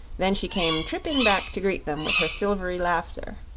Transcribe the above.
then she came tripping back to greet them with her silvery laughter.